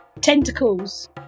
Tentacles